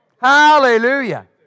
Hallelujah